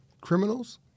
criminals